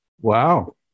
Wow